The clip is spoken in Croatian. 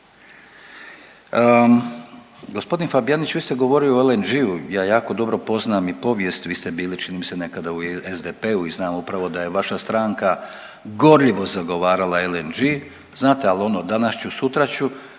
G. Fabijanić, vi ste govorili o LNG-u, ja jako dobro poznam i povijest, vi ste bili, čini mi se, nekada u SDP-u i znam upravo da je vaša stranka gorljvo zagovarala LNG, znate, ali ono, danas ću, sutra ću,